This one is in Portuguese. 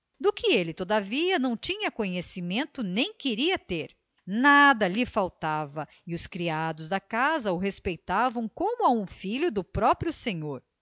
do que ele todavia não tinha conhecimento nem queria ter nada lhe faltava e os criados da casa o respeitavam como a um filho do próprio senhor